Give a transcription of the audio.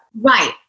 Right